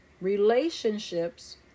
relationships